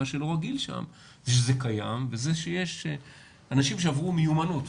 מה שלא רגיל שם זה שזה קיים וזה שיש אנשים שעברו מיומנות.